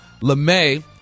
LeMay